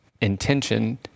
intention